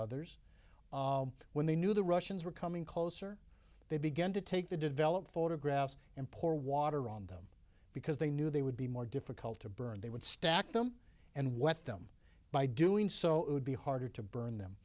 others when they knew the russians were coming closer they began to take the developed photographs and pour water on them because they knew they would be more difficult to burn they would stack them and wet them by doing so it would be harder to burn them